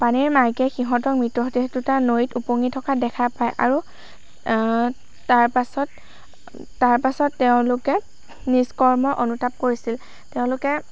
পানেইৰ মাকে সিহঁতৰ মৃতদেহ দুটা নৈত উপঙি থকা দেখা পায় আৰু তাৰপাছত তাৰপাছত তেওঁলোকে নিজ কৰ্মৰ অনুতাপ কৰিছিল তেওঁলোকে